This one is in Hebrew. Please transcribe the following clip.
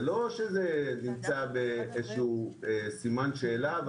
זה לא שזה נמצא בסימן שאלה.